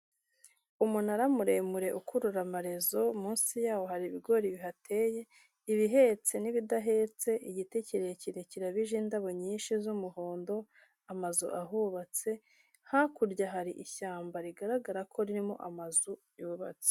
Umunara muremure ukurura amarezo, munsi yawo hari ibigori bihateye, ibihetse n'ibidahetse, igiti kirekire kirabije indabo nyinshi z'umuhondo, amazu ahubatse, hakurya hari ishyamba rigaragara ko ririmo amazu yubatse.